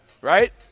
Right